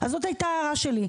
אז זאת הייתה הערה שלי,